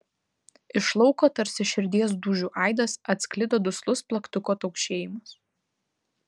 iš lauko tarsi širdies dūžių aidas atsklido duslus plaktuko taukšėjimas